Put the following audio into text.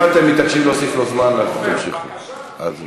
אם אתם מתעקשים להוסיף לו זמן, אז תמשיכו.